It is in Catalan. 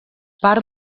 part